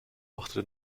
machte